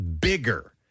bigger